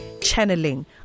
channeling